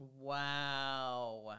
Wow